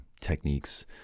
techniques